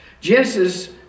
Genesis